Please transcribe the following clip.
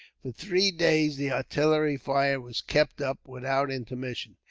for three days, the artillery fire was kept up without intermission.